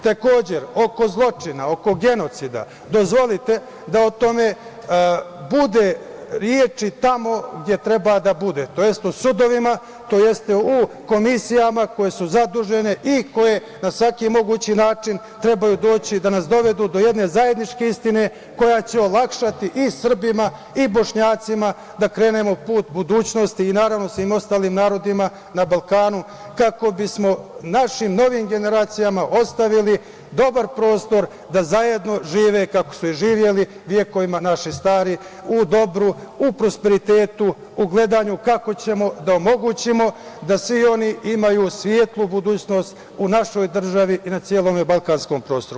Takođe, oko zločina, oko genocida, dozvolite da o tome bude reči tamo gde treba da bude, tj. u sudovima, tj. u komisijama koje su zadužene i koje na svaki mogući način trebaju doći da nas dovedu do jedne zajedničke istine koja će olakšati i Srbima i Bošnjacima da krenemo put budućnosti i, naravno, svim ostalim narodima na Balkanu kako bismo našim novim generacijama ostavili dobar prostor da zajedno žive kako su i živeli vekovima naši stari, u dobru, u prosperitetu, u gledanju kako ćemo da omogućimo da svi oni imaju svetlu budućnost u našoj državi i na celom balkanskom prostoru.